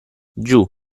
giù